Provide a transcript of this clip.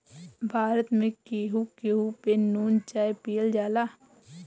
भारत में केहू केहू पे नून चाय पियल जाला